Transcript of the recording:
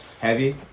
heavy